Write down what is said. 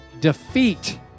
defeat